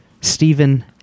Stephen